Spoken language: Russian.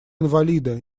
инвалида